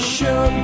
Show